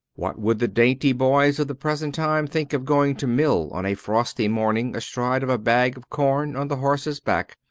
what would the dainty boys of the present time think of going to mill on a frosty morning astride of a bag of corn on the horse's back,